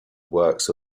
works